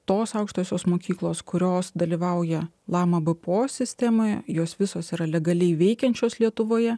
tos aukštosios mokyklos kurios dalyvauja lama bpo sistemoje jos visos yra legaliai veikiančios lietuvoje